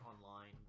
Online